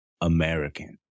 American